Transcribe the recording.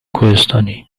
کوهستانی